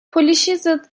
politicized